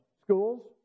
Schools